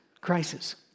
crisis